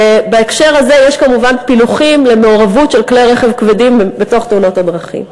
ובהקשר הזה יש כמובן פילוחים למעורבות של כלי רכב כבדים בתאונות הדרכים.